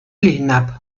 hinab